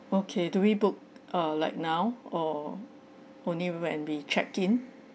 okay do we book uh like now or only when we check in